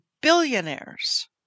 billionaires